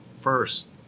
first